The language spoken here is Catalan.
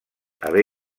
haver